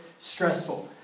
stressful